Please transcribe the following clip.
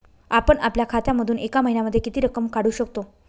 आपण आपल्या खात्यामधून एका महिन्यामधे किती रक्कम काढू शकतो?